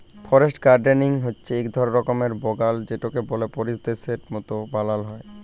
forest gardening হচ্যে এক রকমের বাগাল যেটাকে বল্য পরিবেশের মত বানাল হ্যয়